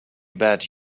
bet